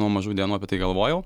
nuo mažų dienų apie tai galvojau